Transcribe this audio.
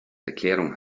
erklärung